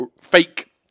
fake